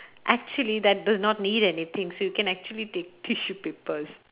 actually that does not need anything so you can actually take tissue papers